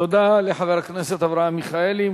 תודה לחבר הכנסת אברהם מיכאלי.